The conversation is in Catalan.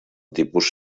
tipus